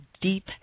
Deep